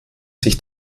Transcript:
sich